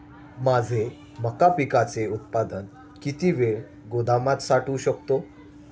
माझे मका पिकाचे उत्पादन किती वेळ गोदामात साठवू शकतो?